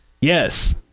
yes